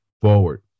forward